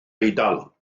eidal